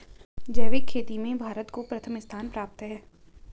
जैविक खेती में भारत को प्रथम स्थान प्राप्त है